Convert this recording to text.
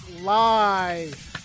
live